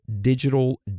Digital